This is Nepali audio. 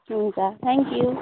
हुन्छ थ्याङ्कयू